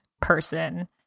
person